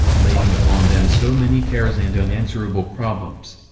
laying upon them so many cares and unanswerable problems.